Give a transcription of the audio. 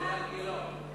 טוב, יאללה, מספיק.